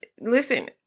Listen